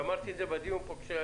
ואמרתי פה את זה בדיון אחר.